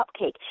cupcake